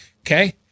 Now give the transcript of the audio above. Okay